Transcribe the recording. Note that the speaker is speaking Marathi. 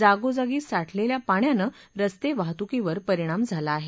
जागोजागी साठलेल्या पाण्यानं रस्तेवाहतुकीवर परिणाम झाला आहे